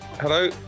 Hello